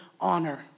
honor